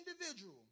individual